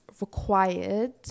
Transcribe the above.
required